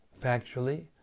Factually